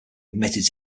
admitted